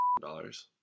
dollars